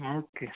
okay